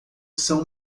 são